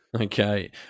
Okay